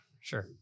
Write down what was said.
Sure